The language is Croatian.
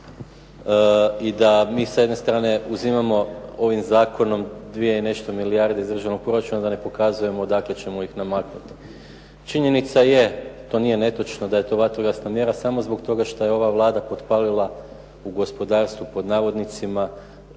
i da mi sa jedne strane uzimamo ovim zakonom 2 i nešto milijarde iz državnog proračuna, da ne pokazujemo odakle ćemo ih namaknuti. Činjenica je, to nije netočno da je to vatrogasna mjera samo zbog toga što je ova Vlada potpalila u gospodarstvu "požar" odnosno